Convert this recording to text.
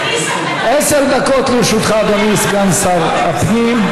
עשר דקות לרשותך, אדוני סגן שר הפנים.